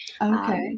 Okay